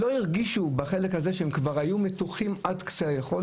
הם לא הרגישו, כשהם כבר היו מתוחים עד קצה גבול